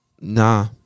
nah